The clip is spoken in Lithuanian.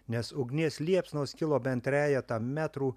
nes ugnies liepsnos kilo bent trejetą metrų